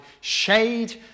shade